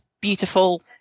beautiful